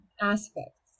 aspects